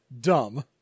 dumb